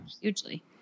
Hugely